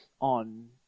on